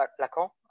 Lacan